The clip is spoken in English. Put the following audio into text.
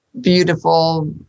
beautiful